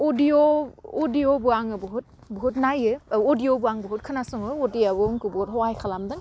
audio अदिअबो आङो बुहुथ बुहुथ नाययो औ अदिअबो आं बुहुथ खोनासङो अडियआबो आंखौ बुहुथ हहाय खालामदों